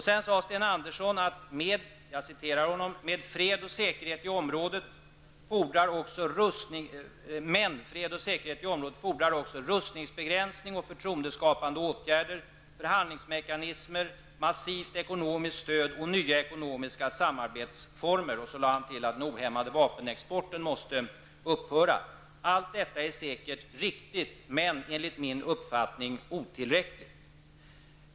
Sedan sade Sten Andersson: ''Men fred och säkerhet i området fordrar också rustningsbegränsning och förtroendeskapande åtgärder, förhandlingsmekanismer, massivt ekonomiskt stöd och nya ekonomiska samarbetsformer.'' Därefter tillade han: ''Den ohämmade vapenexporten till området måste upphöra''. Allt detta är säkert riktigt, men enligt min uppfattning otillräckligt.